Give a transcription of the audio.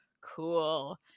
cool